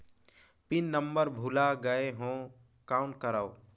Pin number भुला गयें हो कौन करव?